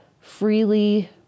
freely